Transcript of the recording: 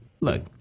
Look